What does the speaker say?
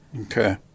Okay